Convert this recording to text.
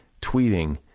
tweeting